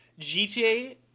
GTA